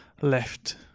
left